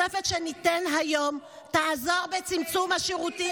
התוספת שניתן היום תעזור בצמצום השירותים,